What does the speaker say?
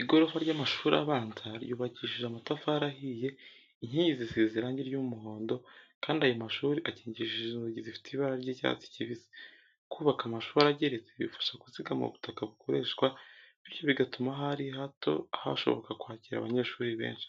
Igorofa ry'amashuri abanza ryubakishije amatafari ahiye, inkingi zisize irangi ry'umuhondo kandi ayo mashuri akingishije inzugi zifite ibara ry'icyatsi kibisi. Kubaka amashuri ageretse bifasha kuzigama ubutaka bukoreshwa, bityo bigatuma ahari hato hashoboka kwakira abanyeshuri benshi.